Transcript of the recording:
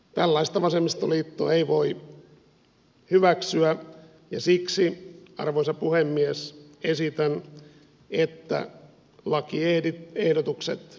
tällaista vasemmistoliitto ei voi hyväksyä ja siksi arvoisa puhemies esitän että lakiehdotukset hylätään